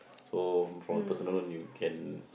so for personal loan you can